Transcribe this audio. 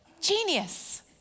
Genius